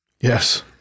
Yes